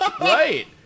Right